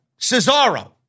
Cesaro